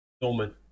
Norman